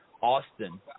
Austin